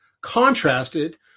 contrasted